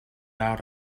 out